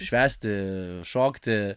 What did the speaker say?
švęsti šokti